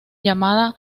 llamada